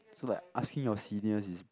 so that asking your senior is